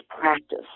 practice